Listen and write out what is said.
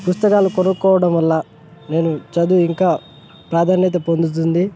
పుస్తకాలు కొనుక్కోవడం వల్ల నేను చదువు ఇంకా ప్రాధాన్యత పొందుతుంది